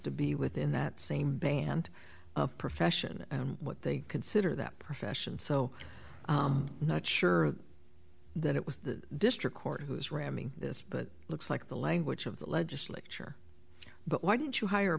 to be within that same band of profession what they consider that profession so not sure that it was the district court who is ramming this but it looks like the language of the legislature but why didn't you hire